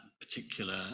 particular